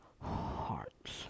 hearts